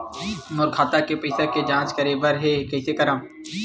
मोर खाता के पईसा के जांच करे बर हे, कइसे करंव?